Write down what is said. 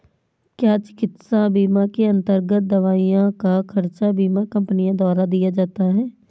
क्या चिकित्सा बीमा के अन्तर्गत दवाइयों का खर्च बीमा कंपनियों द्वारा दिया जाता है?